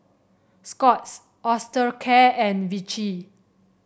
Scott's Osteocare and Vichy